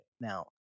Now